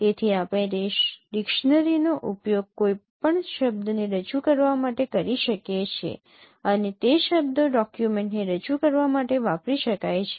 તેથી આપણે તે ડિક્શનરી નો ઉપયોગ કોઈપણ શબ્દને રજૂ કરવા માટે કરી શકીએ છીએ અને તે શબ્દો ડોકયુમેન્ટને રજૂ કરવા માટે વાપરી શકાય છે